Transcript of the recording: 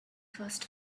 first